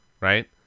right